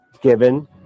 given